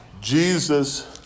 Jesus